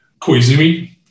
Koizumi